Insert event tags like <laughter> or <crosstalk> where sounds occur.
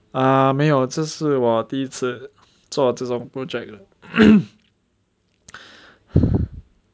ah 没有这是我第一次做这种 project 了 <coughs>